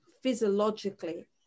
physiologically